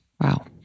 Wow